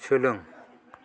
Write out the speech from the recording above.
सोलों